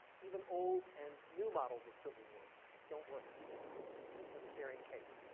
even old and new models of civil wars don't work for the syrian case.